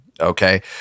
Okay